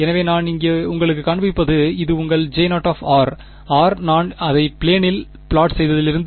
எனவே நான் இங்கே உங்களுக்குக் காண்பிப்பது இது உங்கள் J0 r நான் அதை பிலேனில் ப்லாட் செய்ததிலிருந்து